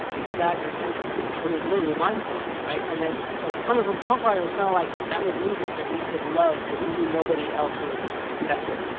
exactly. and it was literally mind-blowing. right? and then but coming from punk rock, it was kind of like, that was music that we could love that we knew nobody else would mess with.